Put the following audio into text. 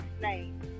name